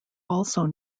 also